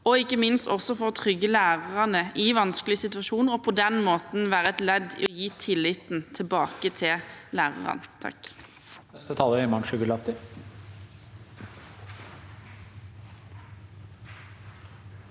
og ikke minst også for å trygge lærerne i vanskelige situasjoner og på den måten være et ledd i å gi tilliten tilbake til lærerne.